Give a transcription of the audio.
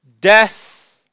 death